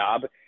job